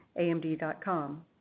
AMD.com